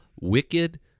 wicked